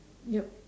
yep